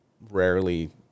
rarely